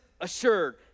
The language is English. assured